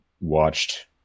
watched